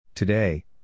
Today